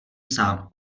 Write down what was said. sám